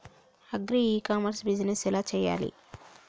Agri e commerce business ఎలా చెయ్యాలి?